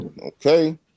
Okay